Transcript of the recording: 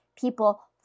people